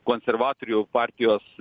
konservatorių partijos